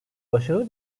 başarılı